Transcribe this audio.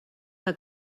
que